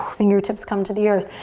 fingertips come to the earth.